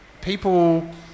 people